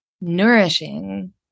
nourishing